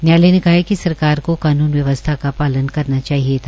न्यायालय ने कहा है कि सरकार को कान्न व्यवस्था का पालन करना चाहिए था